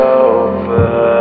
over